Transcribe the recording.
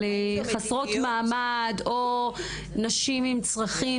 על חסרות מעמד או נשים עם צרכים,